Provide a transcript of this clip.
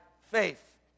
faith